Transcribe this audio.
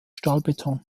stahlbeton